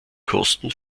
kosten